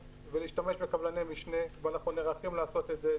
ולהשתמש בקבלני משנה ואנחנו נירתם לעשות זאת.